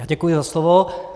Děkuji za slovo.